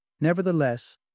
Nevertheless